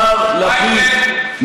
מר לפיד,